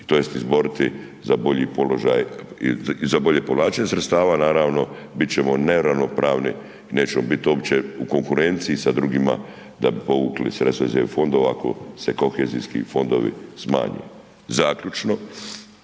za bolji položaj i za bolje povlačenje sredstava naravno, biti ćemo neravnopravni i nećemo biti uopće u konkurenciji sa drugima da bi povukli sredstva iz eu fondova ako se kohezijski fondovi smanje. Zaključno,